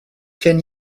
can